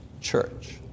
church